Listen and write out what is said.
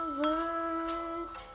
words